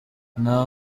nta